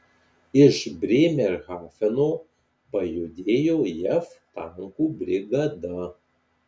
iš brėmerhafeno pajudėjo jav tankų brigada